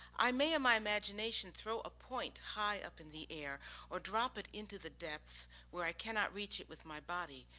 i my imagination throw a point high up in the air or drop it into the depths where i cannot reach it with my body.